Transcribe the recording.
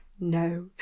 No